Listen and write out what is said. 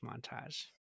montage